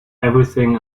everything